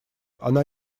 она